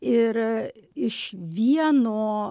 ir iš vieno